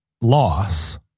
loss